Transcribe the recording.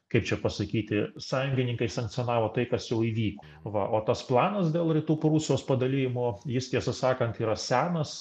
kaip čia pasakyti sąjungininkai sankcionavo tai kas jau įvyko va o tas planas dėl rytų prūsijos padalijimo jis tiesą sakant yra senas